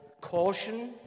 caution